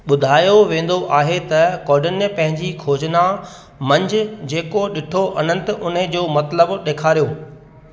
ॿुधायो वेंदो आहे त कौंडिन्य पंहिंजी खोजना मंझि जेको ॾिठो अनंत उन्हे जो मतिलबु ॾेखारियो